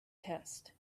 test